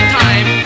time